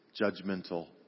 judgmental